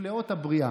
מנפלאות הבריאה.